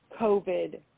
COVID